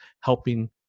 helping